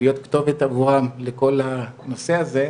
להיות כתובת עבורם לכל הנושא הזה,